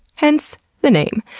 hence, the name.